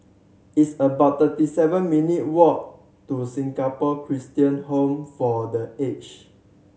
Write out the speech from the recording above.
it's about thirty seven minute walk to Singapore Christian Home for The Aged